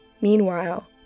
Meanwhile